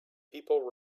people